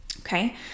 Okay